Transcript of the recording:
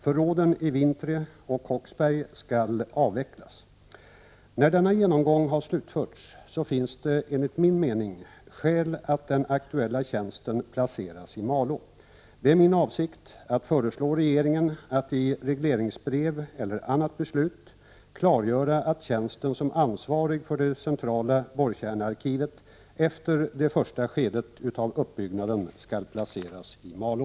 Förråden i Vintrie och Håksberg skall avvecklas. När denna genomgång har slutförts finns det enligt min mening skäl att den aktuella tjänsten placeras i Malå. Det är min avsikt att föreslå regeringen att i regleringsbrev eller annat beslut klargöra att tjänsten som ansvarig för det centrala borrkärnearkivet efter det första skedet av uppbyggnaden skall placeras i Malå.